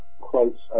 quotes